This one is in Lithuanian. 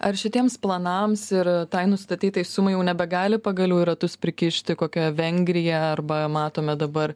ar šitiems planams ir tai nustatytai sumai jau nebegali pagalių į ratus prikišti kokia vengrija arba matome dabar